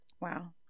wow